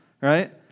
right